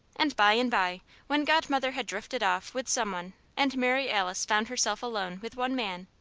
and by and by when godmother had drifted off with some one and mary alice found herself alone with one man,